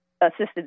assisted